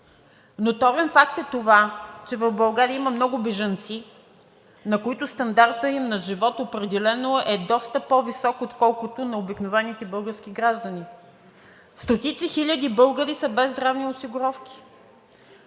Ноторен факт е това, че в България има много бежанци, на които стандартът им на живот определено е доста по-висок, отколкото на обикновените български граждани. Стотици хиляди българи са без здравни осигуровки,